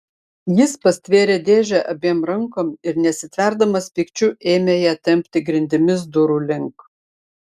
jis pastvėrė dėžę abiem rankom ir nesitverdamas pykčiu ėmė ją tempti grindimis durų link